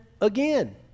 again